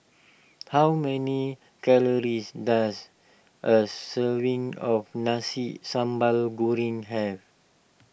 how many calories does a serving of Nasi Sambal Goreng have